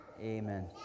Amen